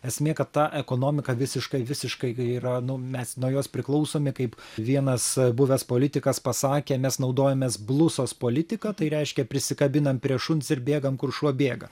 esmė kad ta ekonomika visiškai visiškai yra nu mes nuo jos priklausomi kaip vienas buvęs politikas pasakė mes naudojamės blusos politika tai reiškia prisikabinam prie šuns ir bėgame kur šuo bėga